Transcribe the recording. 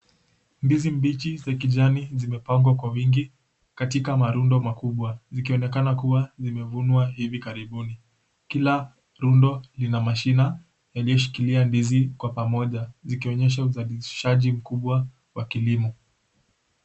Ndizi mbichi za kijani zimepangwa kwa wingi katika marundo makubwa zikionekana kuwa zimevunwa hivi karibuni. Kila rundo lina mashina yaliyoshikilia ndizi kwa pamoja zikionyesha uzalishaji mkubwa wa kilimo.